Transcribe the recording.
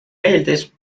meeldis